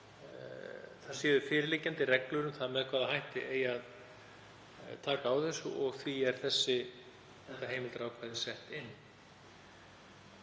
það séu fyrirliggjandi reglur um það með hvaða hætti eigi að taka á þessu og því er þetta heimildarákvæði sett inn.